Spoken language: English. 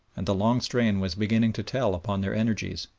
and the long strain was beginning to tell upon their energies.